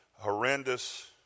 horrendous